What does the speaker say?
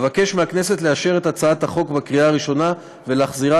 אבקש מהכנסת לאשר את הצעת החוק בקריאה ראשונה ולהחזירה